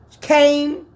Came